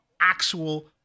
actual